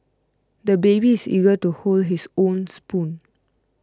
the baby is eager to hold his own spoon